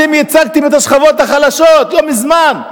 אתם ייצגתם את השכבות החלשות לא מזמן.